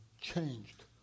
changed